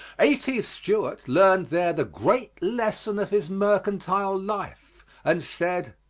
a t. stewart learned there the great lesson of his mercantile life and said,